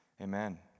Amen